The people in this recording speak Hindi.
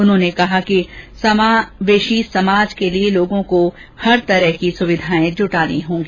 उन्होंने कहा कि समावेषी समाज के लिए लोगों को हर प्रकार की सुविधाएं जुटानी होगी